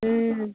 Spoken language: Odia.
ହୁଁ